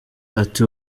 ati